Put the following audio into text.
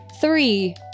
three